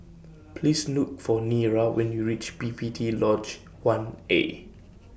Please Look For Nira when YOU REACH P P T Lodge one A